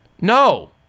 No